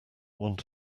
want